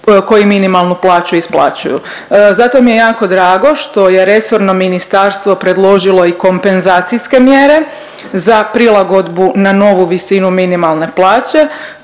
koji minimalnu plaću isplaćuju. Zato mi je jako drago što je resorno ministarstvo predložilo i kompenzacijske mjere za prilagodbu na novu visinu minimalne plaće,